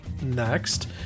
next